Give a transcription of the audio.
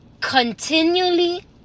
continually